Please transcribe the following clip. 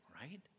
right